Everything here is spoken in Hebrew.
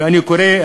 ואני קורא,